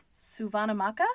Suvanamaka